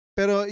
Pero